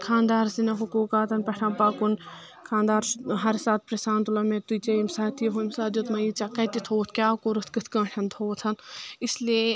خانٛدار سٕنٛدٮ۪ن حکوٗکاتن پٮ۪ٹھ پکُن خانٛدار چھُ ہر ساتہٕ پرژھان تلان مےٚ تُہۍ کیاہ ییمہِ ساتہٕ تہِ ہُمہِ ساتہٕ دِیُتمے ژےٚ کتہِ تھووُتھ کیاہ کوٚرتھ کِتھ کٲٹھۍ تھووُتھ اس لیے